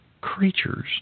creatures